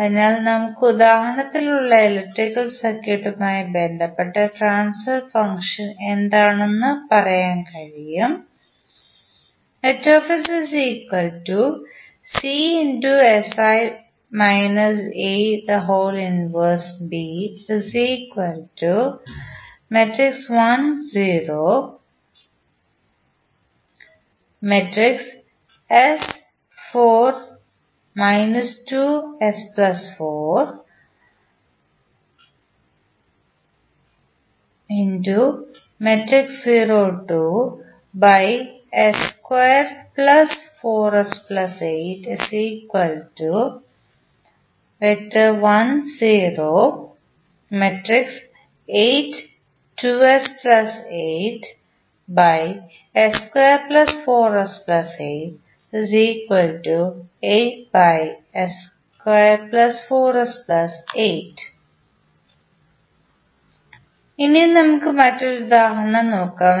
അതിനാൽ നമുക്ക് ഉദാഹരണത്തിൽ ഉള്ള ഇലക്ട്രിക്കൽ സർക്യൂട്ടുമായി ബന്ധപ്പെട്ട ട്രാൻസ്ഫർ ഫംഗ്ഷൻ എന്താണെന്ന് പറയാൻ കഴിയും ഇനി നമുക്ക് മറ്റൊരു ഉദാഹരണം നോക്കാം